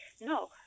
no